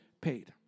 paid